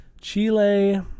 chile